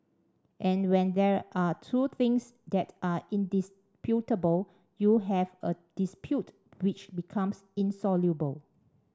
and when there are two things that are indisputable you have a dispute which becomes insoluble